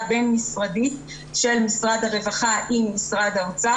בין-משרדית של משרד הרווחה עם משרד האוצר,